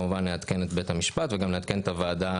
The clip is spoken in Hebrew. כמובן את בית המשפט ונעדכן גם את הוועדה,